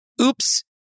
oops